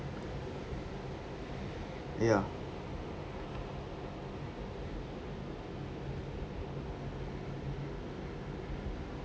ya